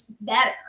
better